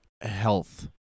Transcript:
health